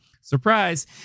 surprise